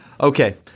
Okay